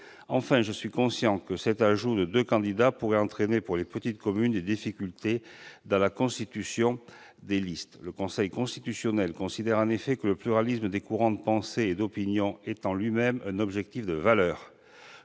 Enfin, je suis conscient que cet ajout de deux candidats pourrait entraîner pour les petites communes des difficultés lors de la constitution des listes. Le Conseil constitutionnel considère en effet que le pluralisme des courants de pensée et d'opinion est en lui-même un objectif de valeur